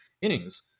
innings